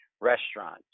restaurant